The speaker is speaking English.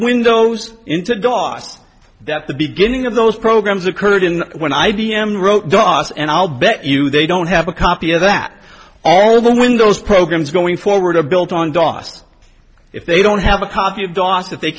windows into dos that the beginning of those programs occurred in when i b m wrote dos and i'll bet you they don't have a copy of that all the windows programs going forward have built on dos if they don't have a copy of dos that they